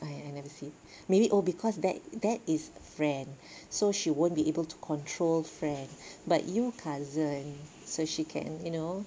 !aiya! I never see maybe oh because that that is a friend so she won't be able to control friend but you cousin so she can you know